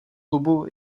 klubu